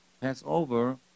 Passover